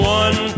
one